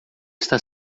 está